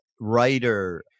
writer